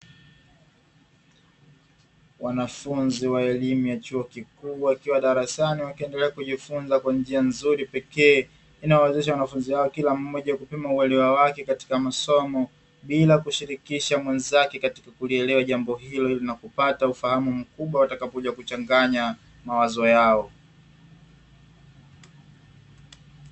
Wanafunzi wa elimu ya chuo kikuu wakiwa darasani wakiendelea kujifunza kwa njia nzuri na ya kipekee, inayowawezesha wanafunzi hao kila mmoja kupima uelewa wake katika masomo bila kushirikisha mwenzake katika kulielewa jambo hilo na kupata ufahamu mkubwa watakapo kuja kuchanganya mawazo yao.